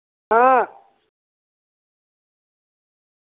हां